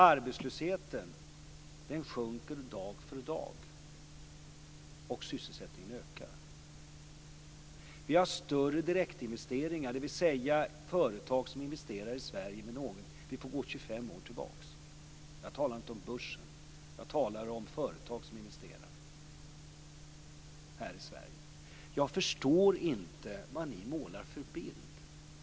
Arbetslösheten sjunker dag för dag och sysselsättningen ökar. Vi har större direktinvesteringar, dvs. att vi får gå 25 år tillbaka när det gäller antalet företag som investerar i Sverige. Jag talar inte om börsen, utan jag talar om företag som investerar här i Sverige. Jag förstår inte vad ni målar för bild.